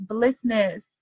Blissness